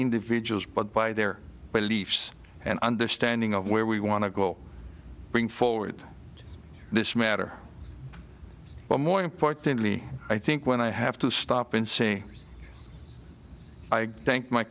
individuals but by their beliefs and understanding of where we want to go bring forward this matter but more importantly i think when i have to stop and say i thank my